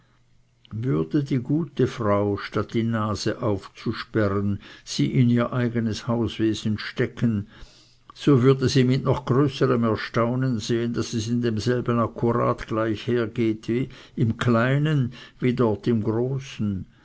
würde die gute frau statt die nase aufzusperren sie in ihr eigenes hauswesen stecken so würde sie mit noch größerem erstaunen sehen daß es in demselben akkurat gleich hergeht im kleinen wie dort im großen